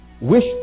wish